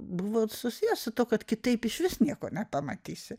buvo ir susijęs su tuo kad kitaip išvis nieko nepamatysi